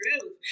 truth